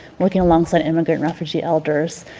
working alongside immigrant refugee elders.